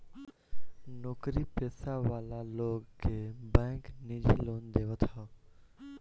नोकरी पेशा वाला लोग के बैंक निजी लोन देवत हअ